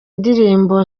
indirimbo